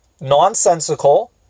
nonsensical